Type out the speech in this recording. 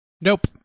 Nope